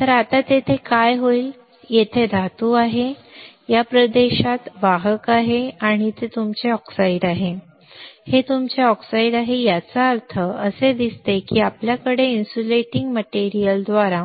तर आता तेथे काय होईल ते येथे धातू आहे या प्रदेशात वाहक आहे आणि हे तुमचे ऑक्साईड आहे हे तुमचे ऑक्साईड आहे याचा अर्थ असे दिसते की आपल्याकडे इन्सुलेटिंग मटेरियलद्वारे